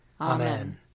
Amen